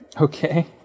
Okay